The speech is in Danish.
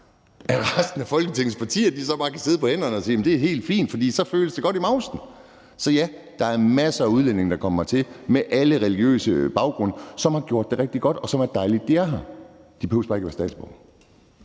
at resten af Folketingets partier så bare kan sidde på hænderne og sige, at det er helt fint, for så føles det godt i mavsen. Så ja, der er masser af udlændinge, der kommer hertil med alle mulige religiøse baggrunde, og som har gjort det rigtig godt, og det er dejligt, at de er her. De behøver bare ikke at være statsborgere.